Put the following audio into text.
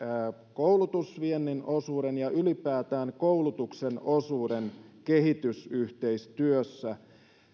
koulutusviennin osuuden ja ylipäätään koulutuksen osuuden kehitysyhteistyössä